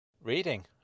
Reading